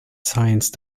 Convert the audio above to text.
science